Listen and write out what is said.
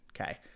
Okay